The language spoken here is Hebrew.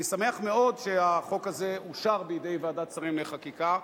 אני שמח מאוד שהחוק הזה אושר בוועדת השרים לחקיקה.